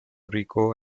rico